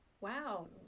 Wow